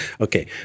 Okay